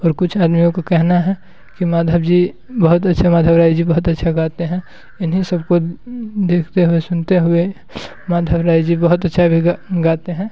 और कुछ आदमियों को कहना है की माधव जी बहुत अच्छा माधव राय जी बहुत अच्छा गाते हैं इन्हीं सब को देखते हुए सुनते हुए माधव राय जी बहुत अच्छा भी गाते हैं